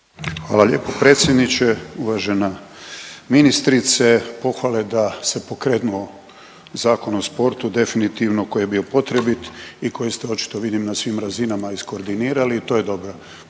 Hvala lijepo predsjedniče. Uvažena ministrice pohvale da se pokrenuo Zakon o sportu definitivno koji je bio potrebit i koji ste očito vidim na svim razinama iskoordinirali i to je dobro.